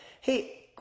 Hey